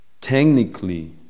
technically